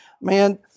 man